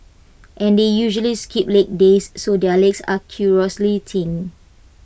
and they usually skip leg days so their legs are curiously thin